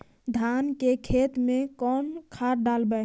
धान के खेत में कौन खाद डालबै?